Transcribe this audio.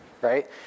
right